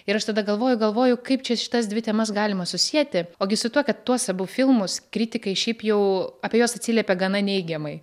ir aš tada galvoju galvoju kaip čia šitas dvi temas galima susieti ogi su tuo kad tuos abu filmus kritikai šiaip jau apie juos atsiliepė gana neigiamai